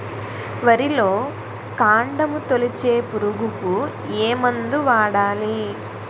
వరిలో కాండము తొలిచే పురుగుకు ఏ మందు వాడాలి?